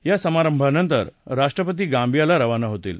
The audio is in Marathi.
या समारंभानंतर राष्ट्रपती गांबियाला रवाना होतील